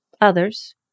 others